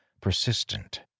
persistent